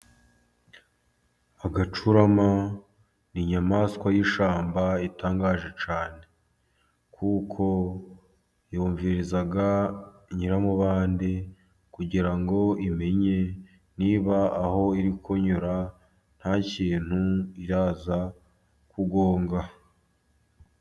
Agacurama ni inyamaswa y'ishyamba itangaje cyane, kuko yumviriza nyiramubande, kugira ngo imenye niba aho iri kunyura nta kintu iraza kugonga.